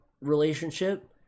relationship